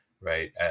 Right